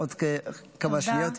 עוד כמה שניות.